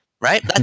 right